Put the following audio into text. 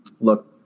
look